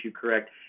Correct